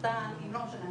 לא משנה,